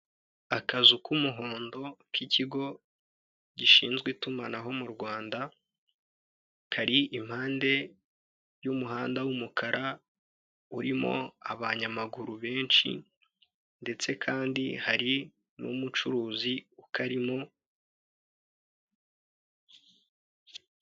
Akazu k'umuhondo k'ikigo gishinzwe itumanaho mu Rwanda kari impande y'umuhanda w'umukara urimo abanyamaguru benshi ndetse kandi hari n'umucuruzi ukarimo.